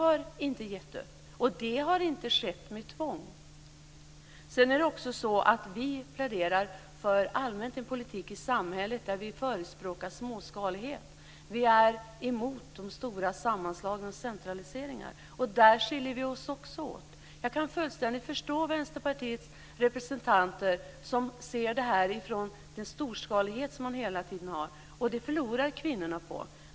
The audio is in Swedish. Det har inte skett med tvång. Vi har inte gett upp. Vi pläderar också allmänt för en politik i samhället där man förespråkar småskalighet. Vi är emot stora sammanslagningar och centraliseringar. Där skiljer vi oss också åt. Jag kan fullständigt förstå Vänsterpartiets representanter, som ser det här från den storskalighet som de hela tiden har. Det förlorar kvinnorna på.